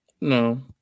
No